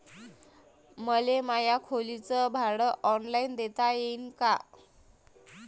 मले माया खोलीच भाड ऑनलाईन देता येईन का?